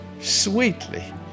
sweetly